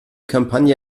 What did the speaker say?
kampagne